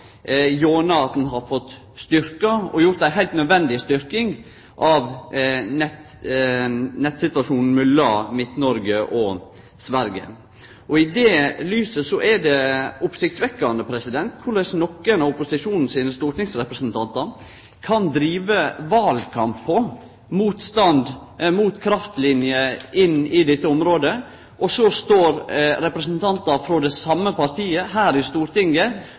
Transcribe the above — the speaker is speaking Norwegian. at ein har fått ei heilt nødvendig styrking av nettsituasjonen mellom Midt-Noreg og Sverige. I lys av dette er det påfallande å sjå korleis eit av opposisjonspartia sine stortingsrepresentantar kan drive valkamp på motstand mot kraftliner i dette området, og så står representantar frå det same partiet her i Stortinget